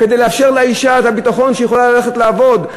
כדי לאפשר לאישה את הביטחון שהיא יכולה ללכת לעבוד,